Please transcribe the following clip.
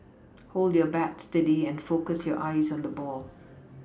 hold your bat steady and focus your eyes on the ball